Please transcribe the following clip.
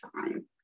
time